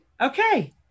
Okay